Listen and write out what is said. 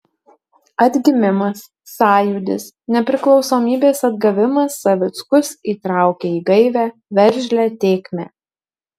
atgimimas sąjūdis nepriklausomybės atgavimas savickus įtraukė į gaivią veržlią tėkmę